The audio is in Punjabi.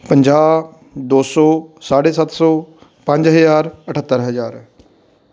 ਪੰਜਾਹ ਦੋ ਸੌ ਸਾਢੇ ਸੱਤ ਸੌ ਪੰਜ ਹਜ਼ਾਰ ਅਠੱਤਰ ਹਜ਼ਾਰ